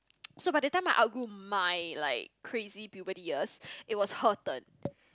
so by that time I outgrew my like crazy puberty years it was her turn